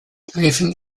gräfin